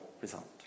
result